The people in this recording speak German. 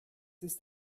ist